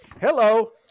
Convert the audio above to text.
Hello